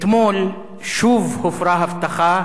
אתמול שוב הופרה הבטחה.